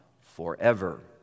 forever